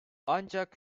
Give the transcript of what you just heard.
ancak